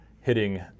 hitting